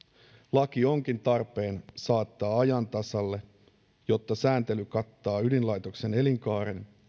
laki onkin tarpeen saattaa ajan tasalle jotta sääntely kattaa ydinlaitoksen elinkaaren